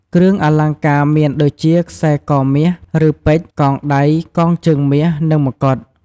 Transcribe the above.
គ្រឿងអលង្ការមានដូចជាខ្សែកមាស ឬ ពេជ្រ កងដៃ កងជើងមាស និង ម្កុដ។